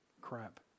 crap